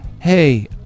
hey